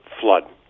flood